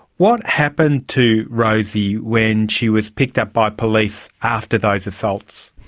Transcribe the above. what happened to rosie when she was picked up by police after those assaults?